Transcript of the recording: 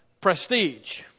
prestige